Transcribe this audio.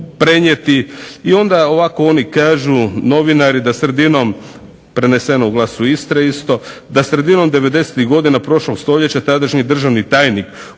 i onda ovako oni kažu novinari da sredinom, preneseno u "Glasu Istre" isto da sredinom 90-tih godina prošlog stoljeća tadašnji državni tajnik u